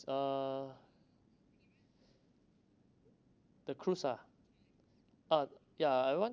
uh the cruise ah uh ya I want